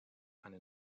eine